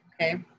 okay